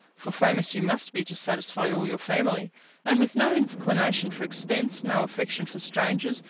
for famous you must be to satisfy all your family and with no inclination for expense, no affection for strangers,